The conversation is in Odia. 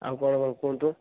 ଆଉ କଣ କଣ କୁହନ୍ତୁ